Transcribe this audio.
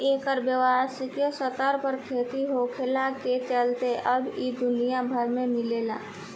एकर व्यावसायिक स्तर पर खेती होखला के चलते अब इ दुनिया भर में मिलेला